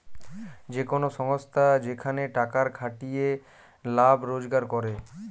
যে কোন সংস্থা যেখানে টাকার খাটিয়ে লাভ রোজগার করে